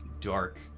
dark